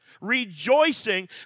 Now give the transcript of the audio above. rejoicing